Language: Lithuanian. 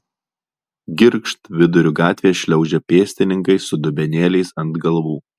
girgžt viduriu gatvės šliaužia pėstininkai su dubenėliais ant galvų